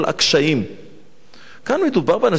כאן מדובר באנשים שאומרים: זאת הארץ שלנו,